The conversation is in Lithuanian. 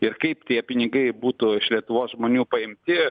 ir kaip tie pinigai būtų iš lietuvos žmonių paimti